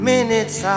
Minutes